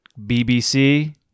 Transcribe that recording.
bbc